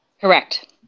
Correct